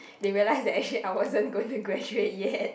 they realise that actually I wasn't going to graduate yet